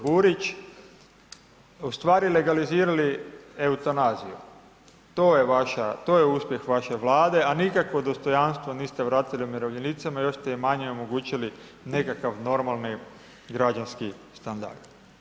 Burić, u stvari legalizirali eutanaziju, to je uspjeh vaše Vlade, a nikakvo dostojanstvo niste vratili umirovljenicima, još ste im manje omogućili nekakav normalni građanski standard.